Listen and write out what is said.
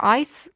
ice